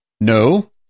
No